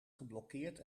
geblokkeerd